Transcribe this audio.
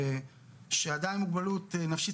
עם מוגבלות נפשית,